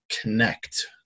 connect